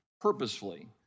purposefully